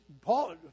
Paul